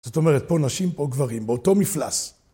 זאת אומרת, פה נשים, פה גברים, באותו מפלס.